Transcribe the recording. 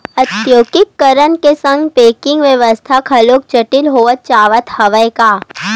औद्योगीकरन के संग बेंकिग बेवस्था घलोक जटिल होवत जावत हवय गा